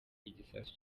igisasu